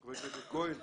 חבר הכנסת כהן,